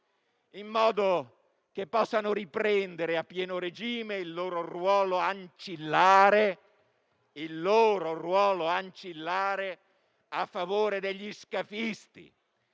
in modo che possano riprendere a pieno regime il loro ruolo ancillare a favore degli scafisti,